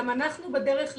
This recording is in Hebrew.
גם אנחנו בדרך לשם.